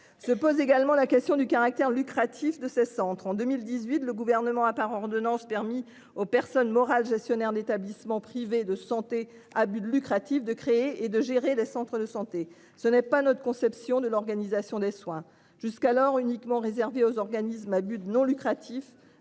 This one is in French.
Se pose également la question du caractère lucratif de ces centres en 2018 le gouvernement a par ordonnances permis aux personnes morales gestionnaires d'établissements privés de santé à but lucratif de créer et de gérer les centres de santé, ce n'est pas notre conception de l'organisation des soins jusqu'alors uniquement réservé aux organismes à but non lucratif,